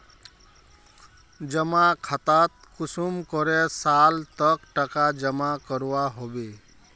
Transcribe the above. जमा खातात कुंसम करे साल तक टका जमा करवा होबे?